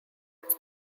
its